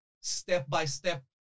step-by-step